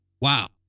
Wow